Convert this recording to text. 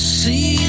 see